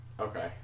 Okay